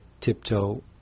tiptoe